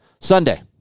Sunday